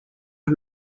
las